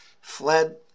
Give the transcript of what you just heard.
fled